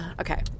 okay